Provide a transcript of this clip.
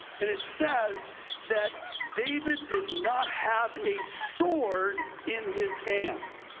and it says that david did not have a sword in his hand.